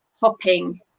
hopping